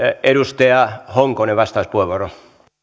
edustaja honkonen vastauspuheenvuoro